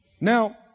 Now